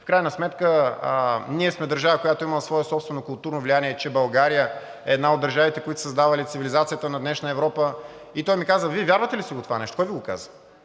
в крайна сметка ние сме държава, която е имала свое собствено културно влияние, че България е една от държавите, които са създавали цивилизацията на днешна Европа. И той ми каза: „Вие вярвате ли си го това нещо?“ Кой Ви го каза?